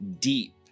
deep